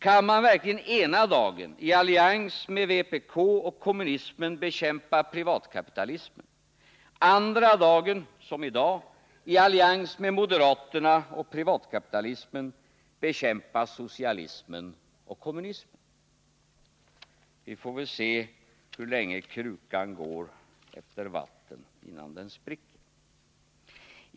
Kan man verkligen ena dagen i allians med vpk och kommunismen bekämpa privatkapitalismen, andra dagen, som i dag, i allians med moderaterna och privatkapitalismen bekämpa socialismen och kommunismen? Vi får v hur länge krukan går efter vatten innan den spricker!